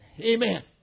Amen